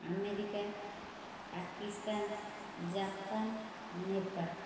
America Pakistan Japan Nepal